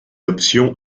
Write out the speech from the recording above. option